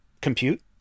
compute